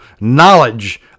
knowledge